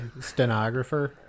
stenographer